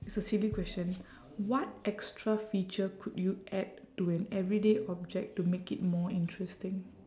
it's a silly question what extra feature could you add to an everyday object to make it more interesting